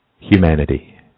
humanity